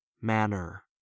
manner